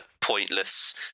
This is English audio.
pointless